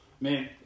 Man